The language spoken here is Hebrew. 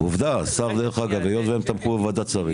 עובדה השר דרך אגב, היות והם תמכו בוועדת שרים.